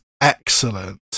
excellent